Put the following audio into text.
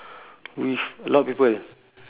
with a lot of people